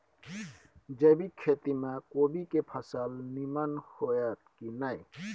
जैविक खेती म कोबी के फसल नीमन होतय की नय?